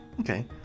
Okay